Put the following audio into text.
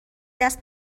دست